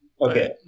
Okay